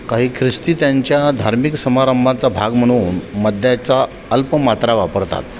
काही ख्रिस्ती त्यांच्या धार्मिक समारंभाचा भाग म्हणून मद्याचा अल्प मात्रा वापरतात